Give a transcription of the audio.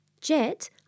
Jet